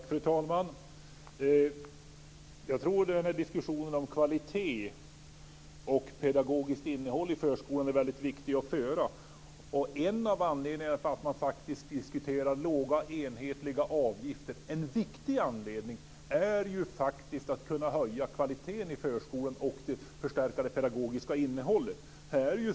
Fru talman! Diskussionen om kvalitet och pedagogiskt innehåll i förskolan är väldigt viktig att föra. En viktig anledning till att man diskuterar låga enhetliga avgifter är att man ska kunna höja kvaliteten i förskolan och förstärka det pedagogiska innehållet.